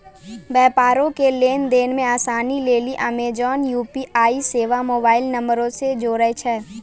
व्यापारो के लेन देन मे असानी लेली अमेजन यू.पी.आई सेबा मोबाइल नंबरो से जोड़ै छै